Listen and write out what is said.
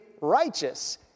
righteous